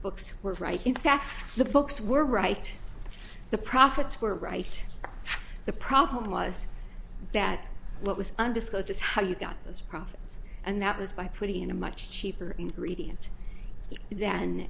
books were right in fact the books were right the profits were right the problem was that what was undisclosed is how you got those profits and that was by putting in a much cheaper ingredient than